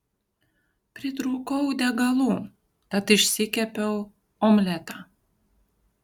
pritrūkau degalų tad išsikepiau omletą